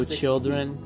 children